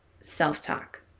self-talk